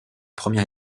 premier